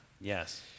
Yes